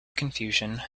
confusion